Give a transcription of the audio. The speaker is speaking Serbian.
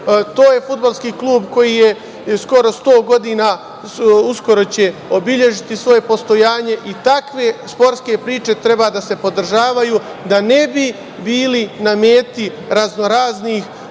To je Fudbalski klub koji je skoro 100 godina, uskoro će obeležiti svoje postojanje. Takve sportske priče treba da se podržavaju, da ne bi bili na meti raznoraznih